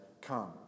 come